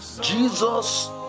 Jesus